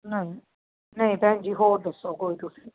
ਨਹੀਂ ਨਹੀਂ ਭੈਣ ਜੀ ਹੋਰ ਦੱਸੋ ਕੋਈ ਤੁਸੀਂ